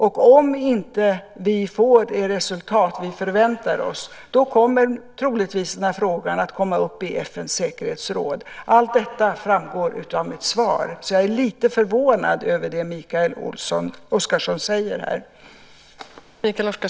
Om vi inte får det resultat vi förväntar oss kommer troligtvis frågan upp i FN:s säkerhetsråd. Allt detta framgår av mitt svar, så jag är lite förvånad över det som Mikael Oscarsson här säger.